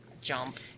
jump